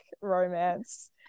romance